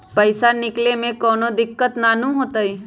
पईसा निकले में कउनो दिक़्क़त नानू न होताई?